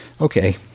Okay